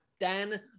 Dan